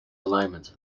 alignments